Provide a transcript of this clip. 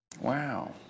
Wow